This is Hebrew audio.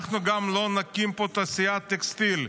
אנחנו גם לא נקים פה תעשיית טקסטיל,